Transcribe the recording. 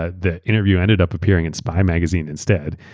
ah the interview ended up appearing in spy magazine instead.